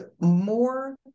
more